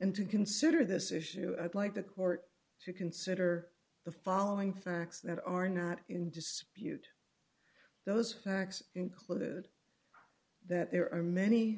and to consider this issue i'd like the court to consider the following facts that are not in dispute those facts included that there are many